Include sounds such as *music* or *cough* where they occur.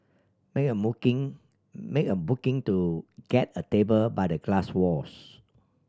make a *unintelligible* make a booking to get a table by the glass walls